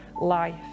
life